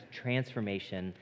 transformation